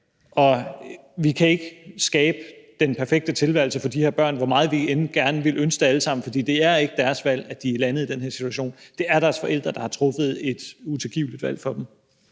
og vi kan ikke skabe den perfekte tilværelse for de her børn, hvor meget vi end gerne ville ønske det alle sammen, for det er ikke deres valg, at de er landet i den her situation; det er deres forældre, der har truffet et utilgiveligt valg for dem.